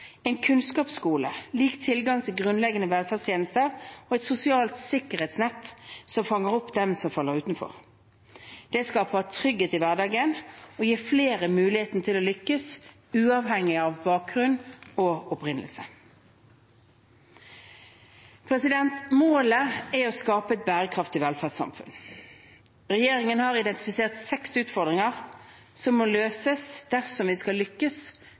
en kunnskapsskole, lik tilgang til grunnleggende velferdstjenester og et sosialt sikkerhetsnett som fanger opp dem som faller utenfor. Det skaper trygghet i hverdagen og gir flere muligheten til å lykkes uavhengig av bakgrunn og opprinnelse. Målet er å skape et bærekraftig velferdssamfunn. Regjeringen har identifisert seks utfordringer som må løses dersom vi skal lykkes